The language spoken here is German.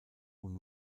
und